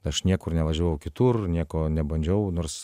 aš niekur nevažiavau kitur nieko nebandžiau nors